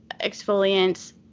exfoliant